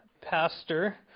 pastor